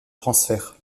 transfert